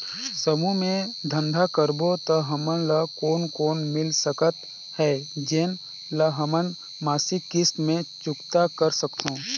समूह मे धंधा करबो त हमन ल कौन लोन मिल सकत हे, जेन ल हमन मासिक किस्त मे चुकता कर सकथन?